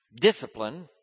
discipline